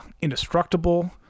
indestructible